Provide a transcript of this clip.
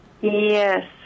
Yes